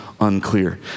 unclear